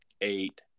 eight